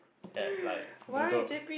at like Bedok